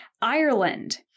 Ireland